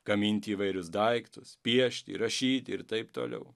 gaminti įvairius daiktus piešti rašyti ir taip toliau